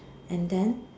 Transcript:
and then